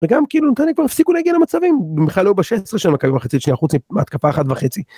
‫וגם כאילו נתניה כבר ‫הפסיקו להגיע למצבים, ‫הם בכלל לא ב-16 של מכבי במחצית השנייה, ‫חוץ מהתקפה אחת וחצי